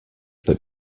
that